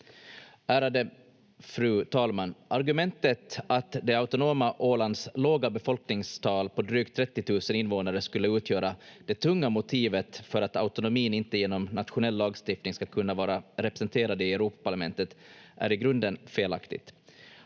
Ärade fru talman! Argumentet att det autonoma Ålands låga befolkningstal på drygt 30 000 invånare skulle utgöra det tunga motivet för att autonomin inte genom nationell lagstiftning ska kunna vara representerad i Europaparlamentet är i grunden felaktigt.